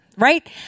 right